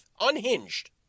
unhinged